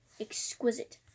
exquisite